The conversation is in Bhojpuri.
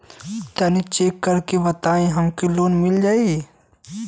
तनि चेक कर के बताई हम के लोन मिल जाई?